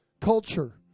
culture